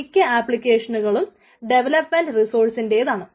മിക്ക ആപ്ലിക്കേഷനുകളും ഡെവലപ്മെന്റ് റിസോഴ്സിന്റേതാണ്